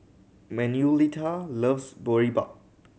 Manuelita loves Boribap